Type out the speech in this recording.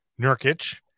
Nurkic